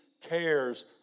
cares